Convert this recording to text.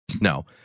No